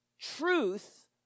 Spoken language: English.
truth